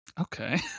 Okay